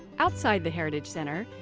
outside the heritage center,